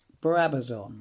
Brabazon